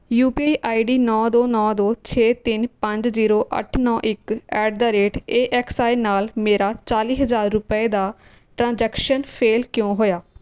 you P I I D ਨੌਂ ਦੋ ਨੌਂ ਦੋ ਛੇ ਤਿੰਨ ਪੰਜ ਜ਼ੀਰੋ ਅੱਠ ਨੌਂ ਇੱਕ at the rate A X I ਨਾਲ ਮੇਰਾ ਚਾਲੀ ਹਜ਼ਾਰ ਰੁਪਏ ਦਾ ਟ੍ਰਾਂਜ਼ੈਕਸ਼ਨ ਫੇਲ ਕਿਉਂ ਹੋਇਆ